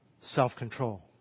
Self-control